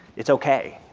it's okay.